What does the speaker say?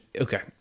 okay